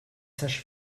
sages